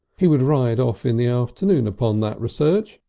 he would ride off in the afternoon upon that research,